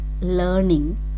learning